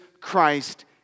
Christ